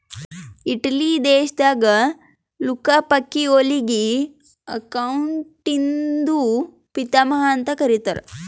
Italy ದೇಶದಾಗ್ Luca ಪಕಿಒಲಿಗ ಅಕೌಂಟಿಂಗ್ದು ಪಿತಾಮಹಾ ಅಂತ್ ಕರಿತ್ತಾರ್